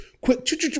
quick